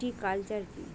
Viticulture কী?